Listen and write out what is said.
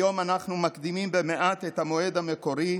היום אנחנו מקדימים במעט את המועד המקורי,